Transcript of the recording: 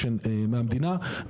בכלל,